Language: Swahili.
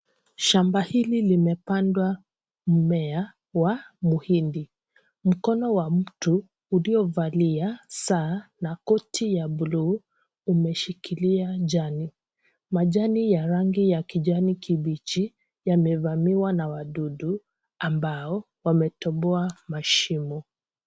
Shamba hili limepandwa mimea wa muhindi mkono wa mtu uliyovalia saa na koti wa blue imeshukilia jani majani ya kijani kibichi wamevamiwa na wadudu ambao wametoboa mashimo.